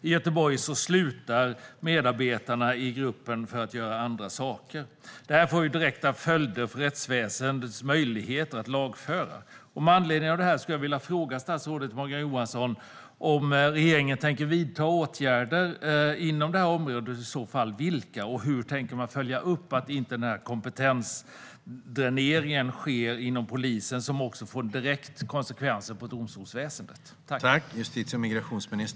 I Göteborg slutar medarbetarna i gruppen för att göra andra saker. Detta får direkta följder för rättsväsendets möjligheter att lagföra. Med anledning av detta skulle jag vilja fråga Morgan Johansson om regeringen tänker vidta åtgärder inom detta område och i så fall vilka. Och hur tänker man följa upp att det inte blir en kompetensdränering inom polisen, som får direkta konsekvenser för domstolsväsendet?